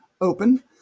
open